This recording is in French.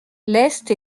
leste